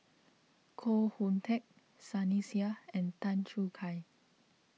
Koh Hoon Teck Sunny Sia and Tan Choo Kai